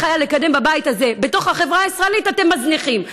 היה לקדם בבית הזה בתוך החברה הישראלית אתם מזניחים.